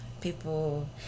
People